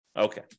Okay